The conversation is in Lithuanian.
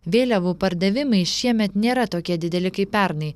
vėliavų pardavimai šiemet nėra tokie dideli kaip pernai